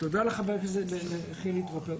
תודה לחבר הכנסת חילי טרופר.